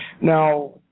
Now